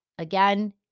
Again